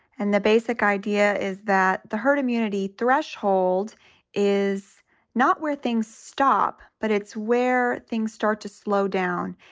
and the basic idea is that the herd immunity threshold is not where things stop, but it's where things start to slow down.